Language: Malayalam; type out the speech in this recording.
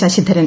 ശശിധരൻ